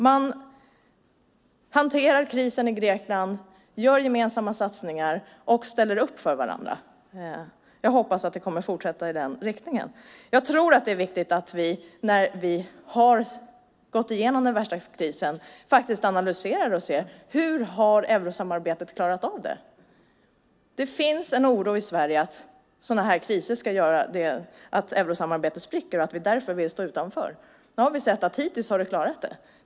Man hanterar krisen i Grekland med gemensamma satsningar och ställer upp för varandra. Jag hoppas att det kommer att fortsätta i den riktningen. Jag tror att det är viktigt att vi när vi har gått igenom den värsta krisen analyserar och ser: Hur har eurosamarbetet klarat av det? Det finns en oro i Sverige att sådana här kriser ska göra att eurosamarbetet spricker och att vi därför bör stå utanför. Nu har vi sett att det hittills har klarat det.